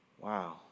Wow